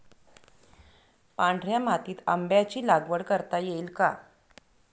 पांढऱ्या मातीत आंब्याची लागवड करता येईल का?